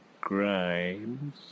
Grimes